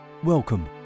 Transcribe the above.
Welcome